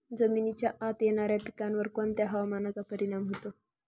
जमिनीच्या आत येणाऱ्या पिकांवर कोणत्या हवामानाचा परिणाम होतो?